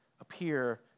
appear